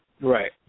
Right